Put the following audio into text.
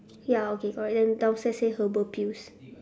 ya okay correct then downstairs say herbal pills